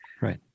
Right